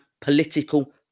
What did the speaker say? political